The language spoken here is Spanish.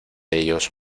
ellos